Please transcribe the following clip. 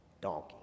donkey